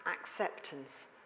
acceptance